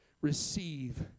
receive